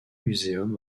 museum